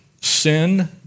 sin